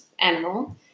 animal